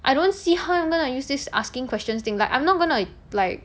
I don't see how you're gonna use this asking questions thing like I'm not gonna like